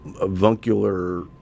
avuncular